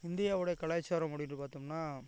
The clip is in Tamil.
இந்தியாவுடைய கலாச்சாரம் அப்படின்னு பார்த்தோம்னா